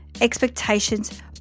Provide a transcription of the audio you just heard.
expectations